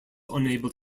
unable